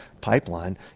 pipeline